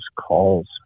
calls